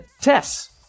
Tess